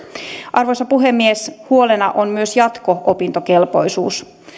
arvoisa puhemies huolena on myös jatko opintokelpoisuus